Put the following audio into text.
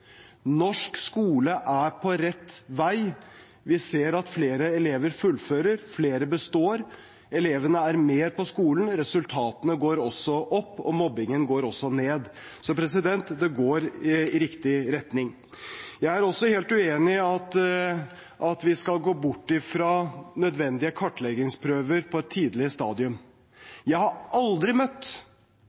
Norsk skole er på rett vei. Vi ser at flere elever fullfører. Flere består. Elevene er mer på skolen. Resultatene går opp, og mobbingen går ned. Så det går i riktig retning. Jeg er også helt uenig i at vi skal gå bort fra nødvendige kartleggingsprøver på et tidlig stadium. Jeg har aldri møtt en ungdom som har sagt: Jeg ble oppdaget for tidlig. Jeg har aldri møtt